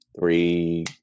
three